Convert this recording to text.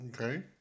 Okay